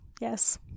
yes